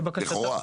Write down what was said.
לכאורה.